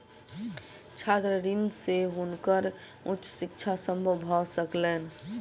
छात्र ऋण से हुनकर उच्च शिक्षा संभव भ सकलैन